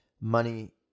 money